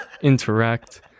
interact